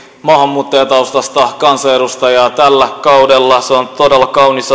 maahanmuuttajataustaista kansanedustajaa tällä kaudella se on todella kaunis